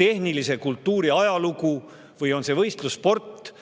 tehnilise kultuuri ajalugu või on see võistlussport,